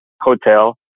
hotel